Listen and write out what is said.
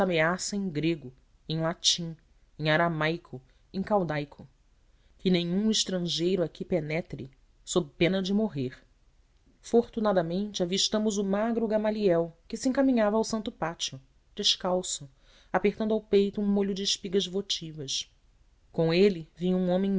ameaça em grego em latim em aramaico em caldaico que nenhum estrangeiro aqui penetre sob pena de morrer fortunadamente avistamos o magro gamaliel que se encaminhava ao santo pátio descalço apertando ao peito um molho de espigas votivas com ele vinha um homem